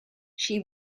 she